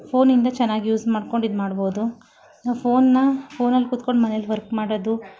ಫೋನಿಂದ ಚೆನ್ನಾಗಿ ಯೂಸ್ ಮಾಡ್ಕೊಂಡು ಇದು ಮಾಡ್ಬಹುದು ನಾವು ಫೋನ್ನ ಫೋನಲ್ಲಿ ಕೂತ್ಕೊಂಡು ಮನೆಯಲ್ಲಿ ವರ್ಕ್ ಮಾಡೋದು